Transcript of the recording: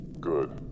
Good